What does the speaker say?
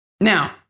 Now